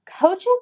coaches